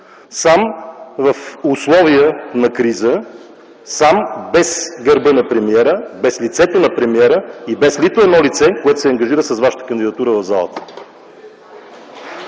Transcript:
сам в условия на криза; сам, без гърба на премиера, без лицето на премиера и без нито едно лице, което се ангажира с Вашата кандидатура в залата.